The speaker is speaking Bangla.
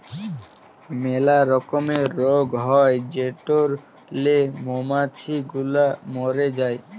ম্যালা রকমের রগ হ্যয় যেটরলে মমাছি গুলা ম্যরে যায়